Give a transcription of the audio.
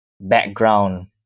background